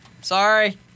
Sorry